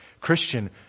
Christian